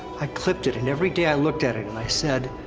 i clipped it and every day i looked at it and i said,